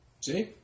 See